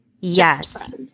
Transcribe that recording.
Yes